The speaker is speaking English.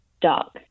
dark